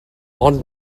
ond